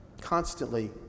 constantly